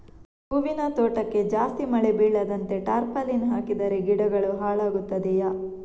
ಹೂವಿನ ತೋಟಕ್ಕೆ ಜಾಸ್ತಿ ಮಳೆ ಬೀಳದಂತೆ ಟಾರ್ಪಾಲಿನ್ ಹಾಕಿದರೆ ಗಿಡಗಳು ಹಾಳಾಗುತ್ತದೆಯಾ?